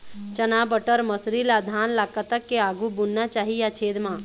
चना बटर मसरी ला धान ला कतक के आघु बुनना चाही या छेद मां?